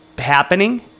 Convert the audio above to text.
happening